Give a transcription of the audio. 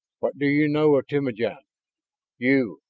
what do you know of temujin you,